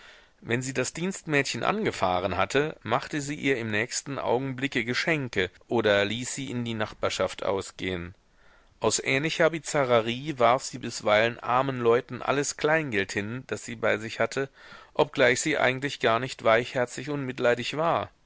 wenn sie das dienstmädchen angefahren hatte machte sie ihr im nächsten augenblicke geschenke oder ließ sie in die nachbarschaft ausgehen aus ähnlicher bizarrerie warf sie bisweilen armen leuten alles kleingeld hin das sie bei sich hatte obgleich sie eigentlich gar nicht weichherzig und mitleidig war